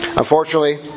Unfortunately